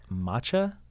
matcha